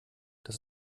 das